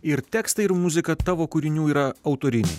ir tekstai ir muzika tavo kūrinių yra autorinė